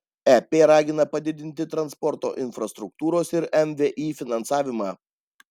ep ragina padidinti transporto infrastruktūros ir mvį finansavimą